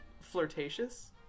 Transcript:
flirtatious